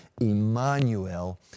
Emmanuel